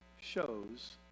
shows